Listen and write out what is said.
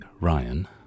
Ryan